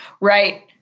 Right